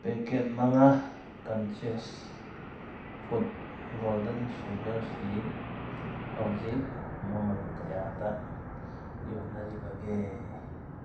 packet ꯃꯉꯥ ꯀꯟꯆꯦꯁ ꯐꯨꯠ ꯒꯣꯜꯗꯟ ꯁꯨꯒꯔꯁꯤ ꯍꯧꯖꯤꯛ ꯃꯃꯜ ꯀꯌꯥꯗ ꯌꯣꯟꯅꯔꯤꯕꯒꯦ